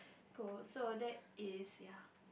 go so that is ya